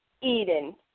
Eden